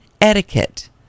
etiquette